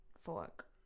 Fork